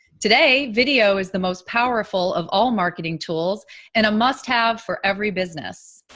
today, video is the most powerful of all marketing tools and a must-have for every business.